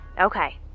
Okay